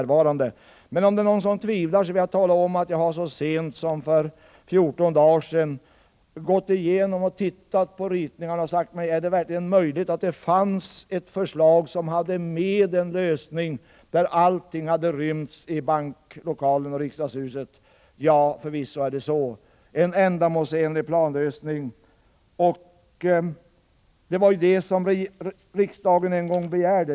Dessutom är få ledamöter närvarande. För den som tvivlar kan jag tala om att jag så sent som för 14 dagar sedan studerade ritningarna. Jag frågade mig då: Är det verkligen möjligt att det fanns ett förslag som omfattade en lösning som innebar att allting hade kunnat inrymmas i banklokalen och riksdagshuset? Ja, förvisso är det så. Det fanns alltså en ändamålsenlig planlösning, och det är ju vad riksdagen en gång begärde.